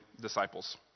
disciples